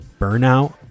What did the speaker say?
burnout